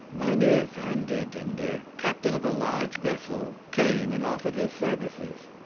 mynheer vanderdendur, captain of a large vessel, came and offered his services.